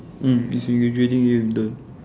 mm is in graduating year intern